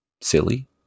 silly